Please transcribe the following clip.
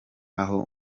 aho